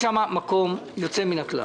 יש שם מקום יוצא מן הכלל.